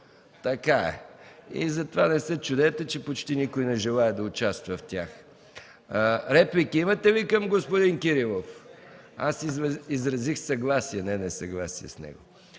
така е. Затова не се чудете, че почти никой не желае да участва в тях. Имате ли реплики към господин Кирилов? – Аз изразих съгласие, не несъгласие, с него.